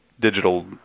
digital